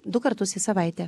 du kartus į savaitę